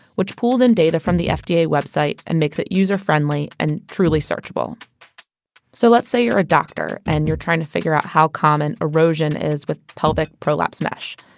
which pulls in data from the fda website and makes it user-friendly and truly searchable so let's say you're a doctor and you're trying to figure out how common erosion is with pelvic prolapse mesh.